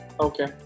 Okay